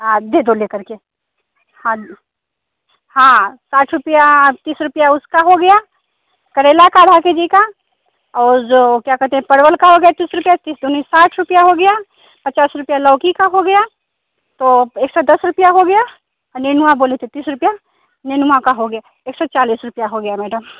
आ देदो ले करके हाँ जी हाँ साठ रुपया तीस रुपया उसका हो गया करेला का आधा केजी का और जो क्या कहते हैं परवल का हो गया तीस रुपया तीस दुनी साठ रुपया हो गया पचास रुपया लौकी का हो गया तो एक सौ दस रुपया हो गया नेनुआ बोले थे तीस रुपया नेनुआ का हो गया एक सौ चालीस रुपया हो गया मैडम